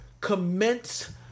commence